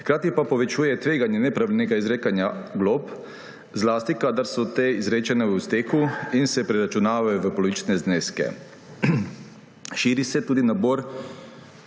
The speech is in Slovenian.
hkrati pa povečuje tveganje nepravilnega izrekanja glob, zlasti kadar so te izrečene v steku in se preračunavajo v polovične zneske. Širi se tudi nabor